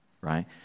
right